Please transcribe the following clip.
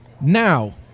Now